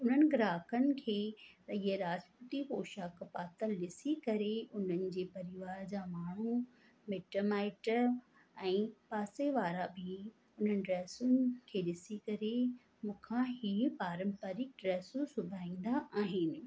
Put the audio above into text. उननि ग्राहकन खेर त हीअ राजपूती पोशाक पातल ॾिसी करे उननि जे परिवार जा माण्हू मिट्र माइट्र भि उन ड्रेसुन खे ॾिसी करे मुखां हीअ पारंपरिक ड्रेसूं सुभाईंदा आहिनि